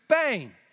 Spain